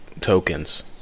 tokens